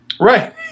Right